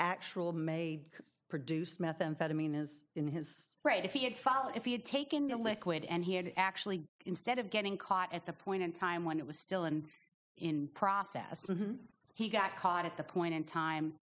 actual may produce methamphetamine is in his right if he had fall if he had taken the liquid and he had actually instead of getting caught at the point in time when it was still and in process of he got caught at the point in time